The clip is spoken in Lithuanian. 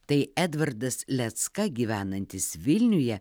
tai edvardas lecka gyvenantis vilniuje